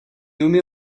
nommé